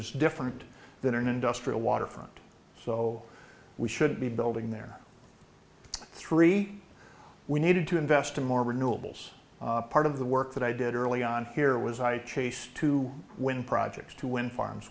is different than an industrial waterfront so we should be building there three we needed to invest in more renewables part of the work that i did early on here was i chased two wind projects to wind farms